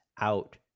out